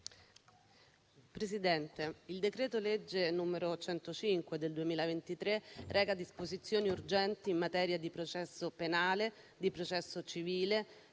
Presidente, il decreto-legge n. 105 del 2023 reca disposizioni urgenti in materia di processo penale, di processo civile,